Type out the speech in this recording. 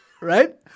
Right